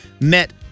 Met